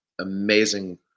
amazing